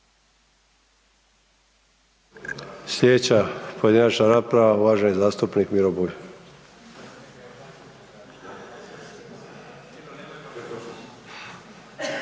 Sljedeća pojedinačna rasprava uvaženi zastupnik Miro Bulj.